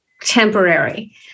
temporary